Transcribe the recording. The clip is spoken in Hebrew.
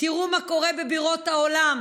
תראו מה קורה בבירות העולם